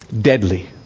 Deadly